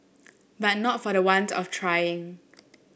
but not for the want of trying